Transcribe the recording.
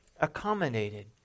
accommodated